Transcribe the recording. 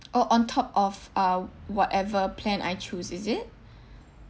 orh on top of uh whatever plan I choose is it